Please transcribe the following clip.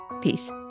Peace